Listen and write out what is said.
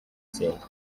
tsinda